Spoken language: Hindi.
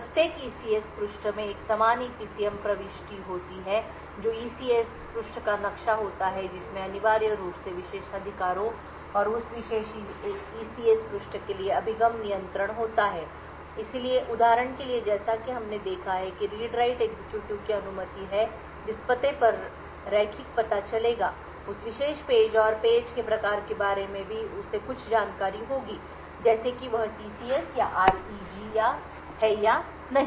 प्रत्येक ईसीएस पृष्ठ में एक समान ईपीसीएम प्रविष्टि होती है जो ईसीएस पृष्ठ का नक्शा होता है जिसमें अनिवार्य रूप से विशेषाधिकारों और उस विशेष ईसीएस पृष्ठ के लिए अभिगम नियंत्रण होता है इसलिए उदाहरण के लिए जैसा कि हमने देखा है कि रीड राइट एग्जीक्यूटिव की अनुमति है जिस पते पर रैखिक पता चलेगा उस विशेष पेज और पेज के प्रकार के बारे में भी उसे कुछ जानकारी होती है जैसे कि वह टीसीएस या आरईजी है या नहीं